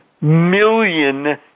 million